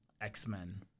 X-Men